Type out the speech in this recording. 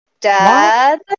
dad